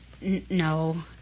No